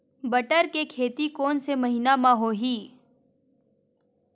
बटर के खेती कोन से महिना म होही?